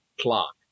clock